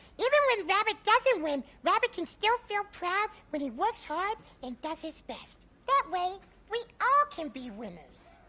even when rabbit doesn't win, rabbit can still feel proud when he works hard and does his best, that way we all can be winners.